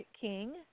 King